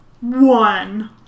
One